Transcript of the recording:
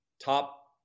top